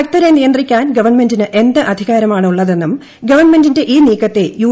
ഭക്തരെ നിയന്ത്രിക്കാൻ ഗവൺമെന്റിന് എന്ത് അധികാരമാണ് ഉളളതെന്നും ഗവൺമെന്റിന്റെ ഈ നീക്കത്തെ യു